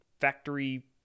factory